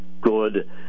good